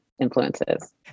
Influences